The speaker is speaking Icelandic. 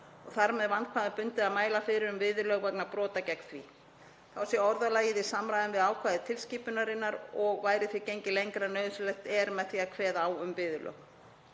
og þar með vandkvæðum bundið að mæla fyrir um viðurlög vegna brota gegn því. Þá sé orðalagið í samræmi við ákvæði tilskipunarinnar og væri því gengið lengra en nauðsynlegt er með því að kveða á um viðurlög.